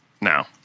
now